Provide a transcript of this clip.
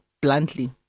bluntly